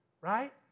Right